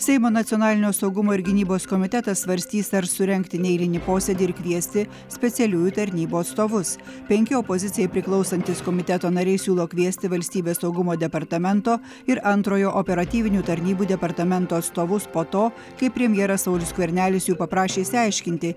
seimo nacionalinio saugumo ir gynybos komitetas svarstys ar surengti neeilinį posėdį ir kviesti specialiųjų tarnybų atstovus penki opozicijai priklausantys komiteto nariai siūlo kviesti valstybės saugumo departamento ir antrojo operatyvinių tarnybų departamento atstovus po to kai premjeras saulius skvernelis jų paprašė išsiaiškinti